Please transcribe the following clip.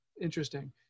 interesting